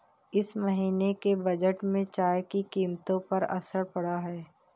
इस महीने के बजट में चाय की कीमतों पर असर पड़ा है